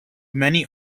many